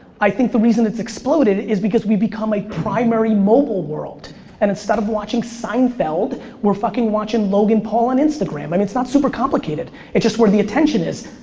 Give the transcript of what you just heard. i think the reason it's exploded is because we've become a primary mobile world and instead of watching seinfeld, we're fucking watching logan paul on instagram. i mean it's not super complicated. it's just where the attention is.